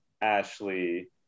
Ashley